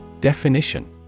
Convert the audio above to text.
Definition